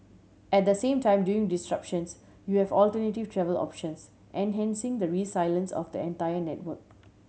at the same time during disruptions you have alternative travel options enhancing the resilience of the entire network